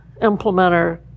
implementer